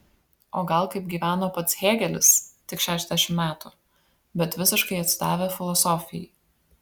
o gal kaip gyveno pats hėgelis tik šešiasdešimt metų bet visiškai atsidavę filosofijai